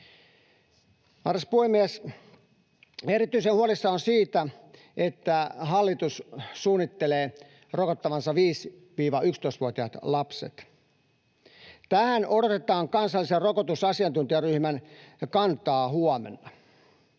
Arvoisa puhemies! Erityisen huolissani olen siitä, että hallitus suunnittelee rokottavansa 5—11-vuotiaat lapset. Tähän odotetaan Kansallisen rokotusasiantuntijaryhmän kantaa huomenna.